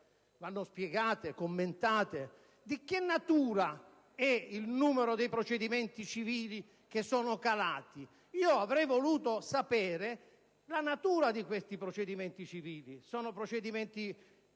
vanno spiegate, commentate: di che natura è il numero dei procedimenti civili che sono calati? Avrei voluto sapere la natura di questi procedimenti civili: sono procedimenti